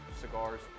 Cigars